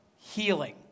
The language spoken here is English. healing